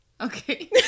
Okay